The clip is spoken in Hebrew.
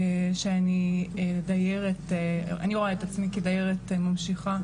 אני רואה את עצמי כדיירת ממשיכה,